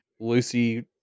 Lucy